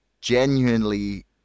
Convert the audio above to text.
genuinely